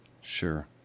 Sure